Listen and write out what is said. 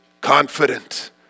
confident